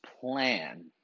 plan